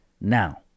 now